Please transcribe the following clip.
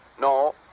No